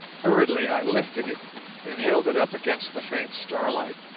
hurriedly i lifted it and held it up against the faint starlight.